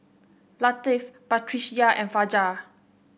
Latif Batrisya and Fajar